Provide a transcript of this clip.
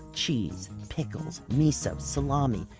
cheese, pickles, miso, salami,